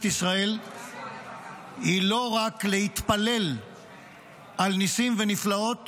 ישראל היא לא רק להתפלל לניסים ונפלאות